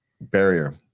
barrier